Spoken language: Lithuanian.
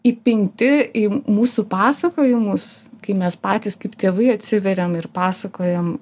įpinti į mūsų pasakojimus kai mes patys kaip tėvai atsiveriam ir pasakojam